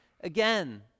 again